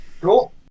Cool